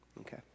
okay